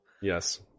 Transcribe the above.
Yes